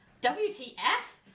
WTF